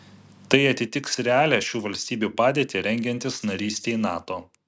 tai atitiks realią šių valstybių padėtį rengiantis narystei nato